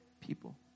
people